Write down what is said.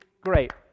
great